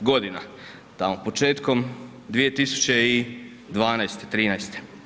godina, tamo početkom 2012., 2013.